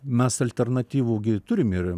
mes alternatyvų gi turim ir